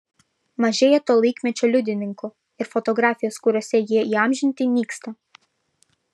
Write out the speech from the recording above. mažėja to laikmečio liudininkų ir fotografijos kuriuose jie įamžinti nyksta